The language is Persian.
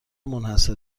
منحصر